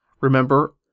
Remember